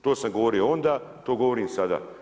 To sam govorio onda, to govorim i sada.